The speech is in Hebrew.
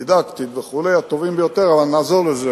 דידקטית וכו', אבל נעזוב את זה.